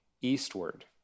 eastward